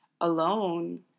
alone